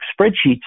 spreadsheet's